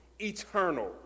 eternal